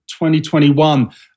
2021